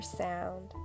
sound